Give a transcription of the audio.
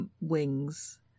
wings